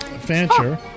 Fancher